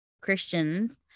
Christians